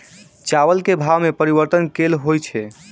चावल केँ भाव मे परिवर्तन केल होइ छै?